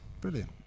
Brilliant